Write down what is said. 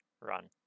run